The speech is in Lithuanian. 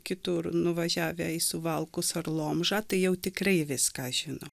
kitur nuvažiavę į suvalkus ar lomžą tai jau tikrai viską žino